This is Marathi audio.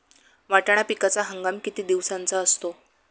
वाटाणा पिकाचा हंगाम किती दिवसांचा असतो?